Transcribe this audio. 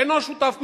אינו שותף מלא.